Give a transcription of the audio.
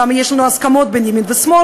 גם יש לנו אי-הסכמות בין ימין ושמאל.